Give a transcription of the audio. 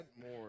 more